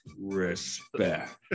respect